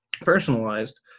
personalized